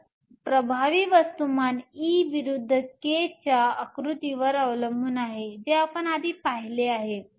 तर प्रभावी वस्तुमान E विरूद्ध K च्या आकृतीवर अवलंबून आहे जे आपण आधी पाहिले आहे